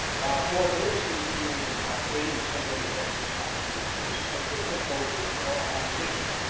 while porter was continuing the blockade he sent any vessels not needed for this purpose to beau fort for ammunition,